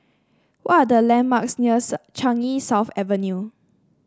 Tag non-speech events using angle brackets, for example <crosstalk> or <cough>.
what are the landmarks near <unintelligible> Changi South Avenue